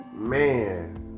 Man